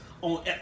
on